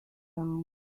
down